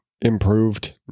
improved